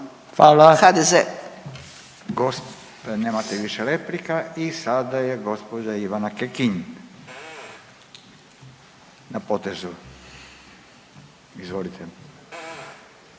Hvala. Sad će